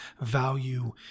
value